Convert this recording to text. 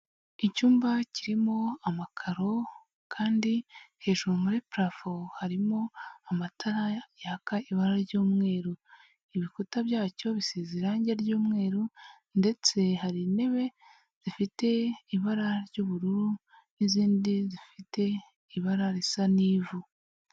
Icyumba kirimo amakaro kandi hejuru muri purafo harimo amatara yaka ibara ry'umweru. Ibikuta byacyo bisize irangi ry'umweru ndetse hari intebe zifite ibara ry'ubururu n'izindi zifite ibara risa n'ivu.